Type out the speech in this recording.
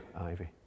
Ivy